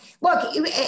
look